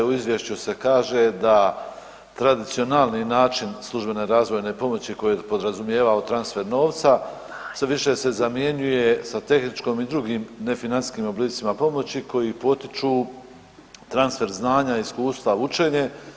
U izvješću se kaže da tradicionalni način službene razvojne pomoći koji podrazumijeva transfer novca sve više se zamjenjuje sa tehničkim i drugim nefinancijskim oblicima pomoći koji potiču transfer znanja i iskustva, učenje.